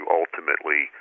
ultimately